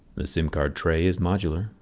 the sim card tray is modular.